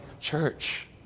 church